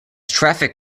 traffic